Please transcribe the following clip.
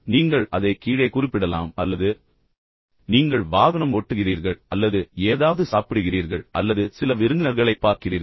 நீங்கள் அதை கீழே குறிப்பிடலாம் அல்லது நீங்கள் வெறுமனே வாகனம் ஓட்டுகிறீர்கள் அல்லது நீங்கள் ஏதாவது சாப்பிடுகிறீர்கள் அல்லது நீங்கள் சில விருந்தினர்களைப் பார்க்கிறீர்கள்